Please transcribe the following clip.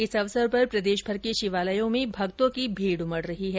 इस अवसर पर प्रदेशभर के शिवालयों में भक्तों की भीड उमड रही है